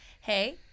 Hey